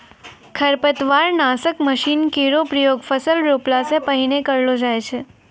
खरपतवार नासक मसीन केरो प्रयोग फसल रोपला सें पहिने करलो जाय छै